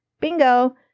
Bingo